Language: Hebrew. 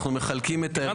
הוא אמר בזלזול.